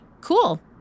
cool